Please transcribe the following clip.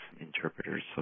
interpreters